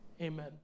Amen